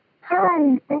Hi